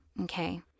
okay